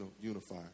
unify